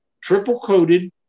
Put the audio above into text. triple-coated